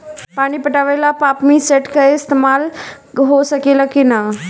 पानी पटावे ल पामपी सेट के ईसतमाल हो सकेला कि ना?